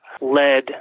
led